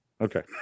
Okay